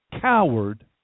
coward